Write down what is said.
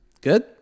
Good